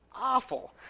awful